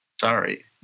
Sorry